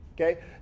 Okay